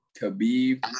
Khabib